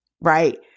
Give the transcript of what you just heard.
Right